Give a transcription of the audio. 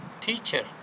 teacher